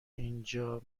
اینجا